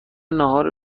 ناهار